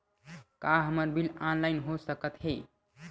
का हमर bill online हो सकत हे?